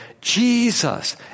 Jesus